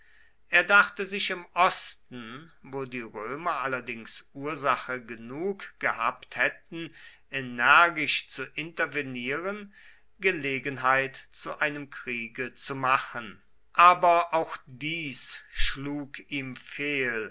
er dachte sich im osten wo die römer allerdings ursache genug gehabt hätten energisch zu intervenieren gelegenheit zu einem kriege zu machen aber auch dies schlug ihm fehl